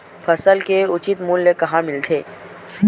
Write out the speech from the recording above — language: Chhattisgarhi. फसल के उचित मूल्य कहां मिलथे?